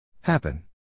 happen